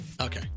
Okay